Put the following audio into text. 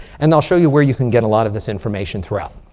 and i'll show you where you can get a lot of this information throughout.